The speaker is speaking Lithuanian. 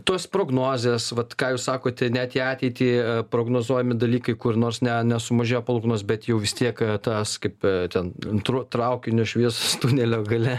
tos prognozės vat ką jūs sakote net į ateitį prognozuojami dalykai kur nors ne nesumažėjo palūkanos bet jau vis tiek tas kaip ten antru traukinio šviesos tunelio gale